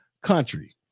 country